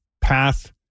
path